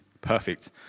perfect